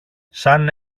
σαν